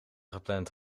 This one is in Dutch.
gepland